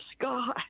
God